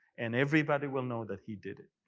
and everybody will know that he did it.